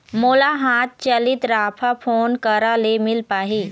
मोला हाथ चलित राफा कोन करा ले मिल पाही?